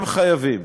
הם חייבים.